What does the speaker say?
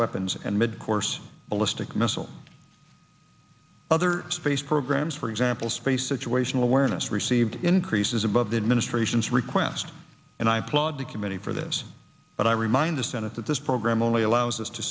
weapons and mid course ballistic missile other space programs for example space situational awareness received increases above the administration's request and i applaud the committee for this but i remind the senate that this program only allows us to